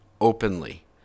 openly